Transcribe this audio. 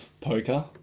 poker